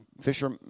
fisher